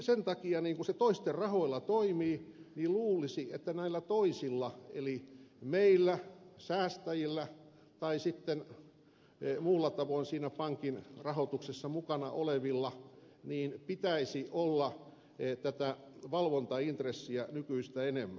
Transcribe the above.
sen takia kun se toisten rahoilla toimii luulisi että näillä toisilla eli meillä säästäjillä tai sitten muulla tavoin siinä pankin rahoituksessa mukana olevilla pitäisi olla tätä valvontaintressiä nykyistä enemmän